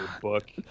book